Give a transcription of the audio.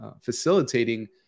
facilitating